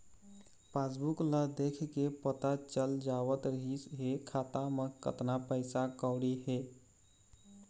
passbook ल देखके पता चल जावत रिहिस हे खाता म कतना पइसा कउड़ी हे